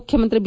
ಮುಖ್ಯಮಂತ್ರಿ ಬಿ